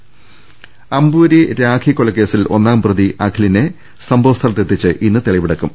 രദ്ദേഷ്ടങ അമ്പൂരി രാഖി കൊലക്കേസിൽ ഒന്നാം പ്രതി അഖിലിനെ സംഭവ സ്ഥല ത്തെത്തിച്ച് ഇന്ന് തെളിവെടുക്കും